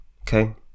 okay